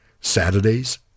Saturdays